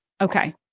Okay